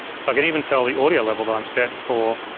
so i can even tell the audio level that i'm set for.